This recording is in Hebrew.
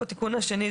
התיקון השני,